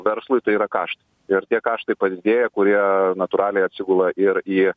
verslui tai yra karštai ir tie kaštai padidėja kurie natūraliai atsigula ir į